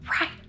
right